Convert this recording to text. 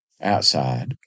Outside